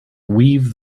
weave